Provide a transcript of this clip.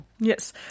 Yes